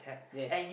yes